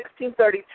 1632